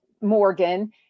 Morgan